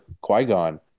Qui-Gon